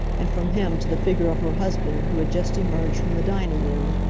and from him to the figure of her husband who had just emerged from the dining room,